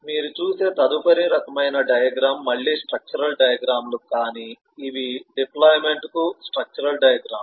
మీరు చూసే తదుపరి రకమైన డయాగ్రమ్ మళ్ళీ స్ట్రక్చరల్ డయాగ్రమ్ లు కానీ ఇవి డిప్లొయిమెంట్ కు స్ట్రక్చరల్ డయాగ్రమ్ లు